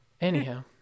anyhow